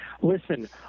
listen